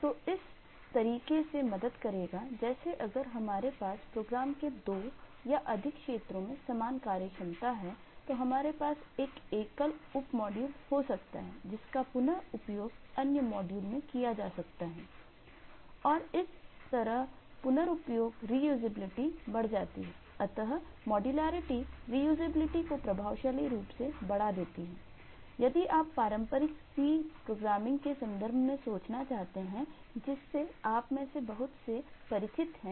तो यह इस तरीके से मदद करेगा जैसे अगर हमारे पास प्रोग्राम के दो या अधिक क्षेत्रों में समान कार्यक्षमता है तो हमारे पास एक एकल उप मॉड्यूल हो सकता है जिसका पुन उपयोग अन्य मॉड्यूल में किया जा सकता है और इस तरह पुनर्प्रयोग रीयूजेबिलिटी के संदर्भ में सोचना चाहते हैंजिससे आप में से बहुत से परिचित हैं